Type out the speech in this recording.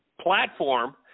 platform